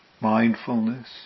mindfulness